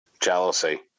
Jealousy